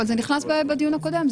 אבל זה נכנס בדיון הקודם,